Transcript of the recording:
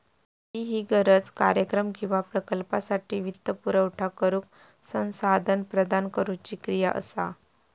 निधी ही गरज, कार्यक्रम किंवा प्रकल्पासाठी वित्तपुरवठा करुक संसाधना प्रदान करुची क्रिया असा